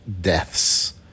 deaths